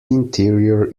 interior